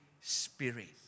Spirit